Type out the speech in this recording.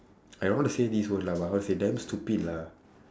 I don't want to say this word lah but how to say damn stupid lah